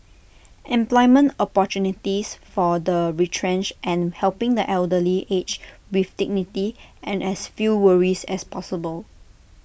employment opportunities for the retrenched and helping the elderly age with dignity and as few worries as possible